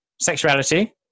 sexuality